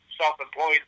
self-employed